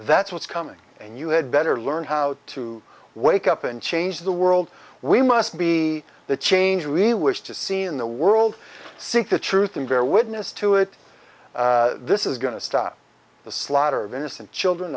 that's what's coming and you had better learn how to wake up and change the world we must be the change we wish to see in the world seek the truth and vera witness to it this is going to stop the slaughter of innocent children